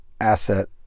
asset